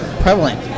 prevalent